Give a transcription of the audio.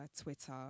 Twitter